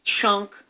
chunk